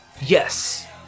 Yes